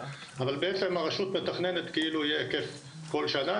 אבל בעצם הרשות מתכננת כאילו יהיה היקף כל שנה,